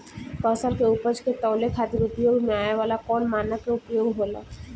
फसल के उपज के तौले खातिर उपयोग में आवे वाला कौन मानक के उपयोग होला?